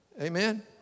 Amen